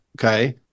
okay